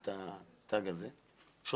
שלו היה התג של בית החולים.